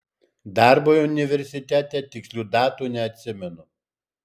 darbui universitete tikslių datų neatsimenu